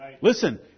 Listen